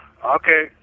Okay